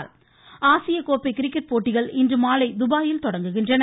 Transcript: cricket ஆசிய கோப்பை cricket போட்டிகள் இன்றுமாலை துபாயில் தொடங்குகின்றன